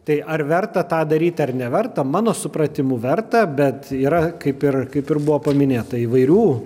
tai ar verta tą daryt ar neverta mano supratimu verta bet yra kaip ir kaip ir buvo paminėta įvairių